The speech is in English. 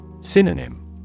Synonym